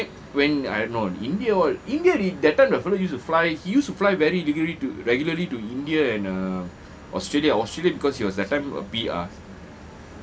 so when they came when no india all india that time the fella used to fly he used to fly very regularly to regularly to india and uh australia australia because he was that time a P_R